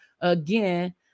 again